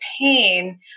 pain